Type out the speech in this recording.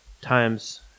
Times